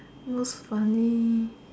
nose funny